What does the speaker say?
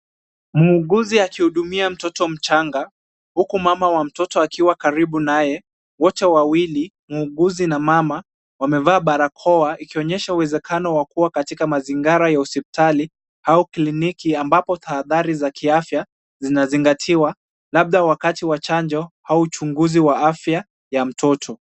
Muuguzi akihudumia mtoto mchanga, huku mama mtoto akiwa karibu nae. Wote wawili, muguzi na mama wamevaa barakoa ikionyesha uwezekano wa kuwa katika mazingara ya hospitali au kliniki ambapo tahadhari ya afya zinazingatiwa, labda wakati wa chanjo au uchunguzi wa afya ya mtoto.